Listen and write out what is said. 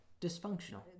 dysfunctional